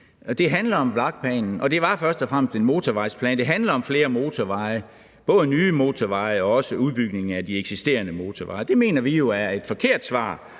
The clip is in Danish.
Det handler om VLAK-planen, og det var først og fremmest en motorvejsplan, for det handler om flere motorveje, både nye motorveje, men også udbygning af de eksisterende motorveje. Det mener vi jo er et forkert svar